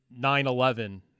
9/11